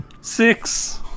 six